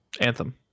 Anthem